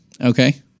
okay